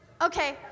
Okay